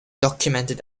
documented